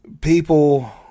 People